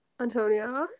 Antonia